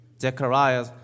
Zechariah